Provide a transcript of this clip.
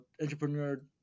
entrepreneur